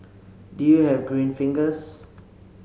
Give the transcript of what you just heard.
do you have green fingers